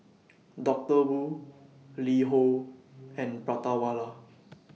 Doctor Wu LiHo and Prata Wala